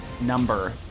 number